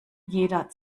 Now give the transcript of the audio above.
jeder